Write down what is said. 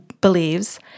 believes